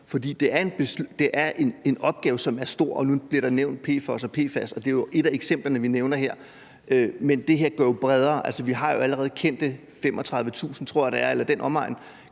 for det er en opgave, som er stor. Nu bliver der nævnt PFOS og PFAS som eksempler her. Men det her er jo bredere. Altså, vi har jo allerede kendte – 35.000 tror jeg det er, eller i omegnen